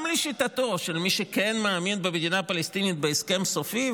גם לשיטתו של מי שכן מאמין במדינה פלסטינית בהסכם סופי,